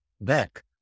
back